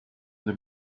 the